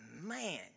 man